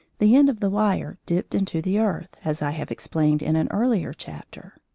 the end of the wire dipped into the earth, as i have explained in an earlier chapter.